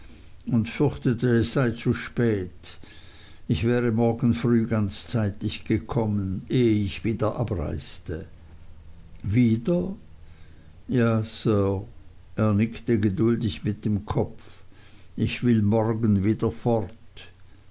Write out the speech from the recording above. und fürchtete es sei zu spät ich wäre morgen früh ganz zeitig gekommen ehe ich wieder abreiste wieder ja sir er nickte geduldig mit dem kopf ich will morgen wieder fort